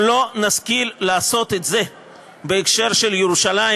אם לא נשכיל לעשות את זה בהקשר של ירושלים,